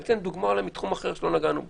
אציג דוגמה מתחום אחר שלא נגענו בו.